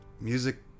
music